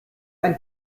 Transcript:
ein